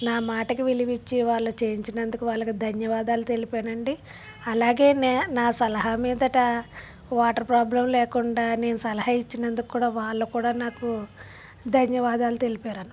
నా మాటకి విలువ ఇచ్చి వాళ్ళు చేయించినందుకు వాళ్ళకు ధన్యవాదాలు తెలిపాను అండి అలాగే నే నా సలహా మీద వాటర్ ప్రాబ్లెమ్ లేకుండా నేను సలహా ఇచ్చినందుకు కూడా వాళ్ళు కూడా నాకు ధన్యవాదాలు తెలిపారు అన్నమాట